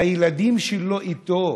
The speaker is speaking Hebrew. הילדים שלו איתו,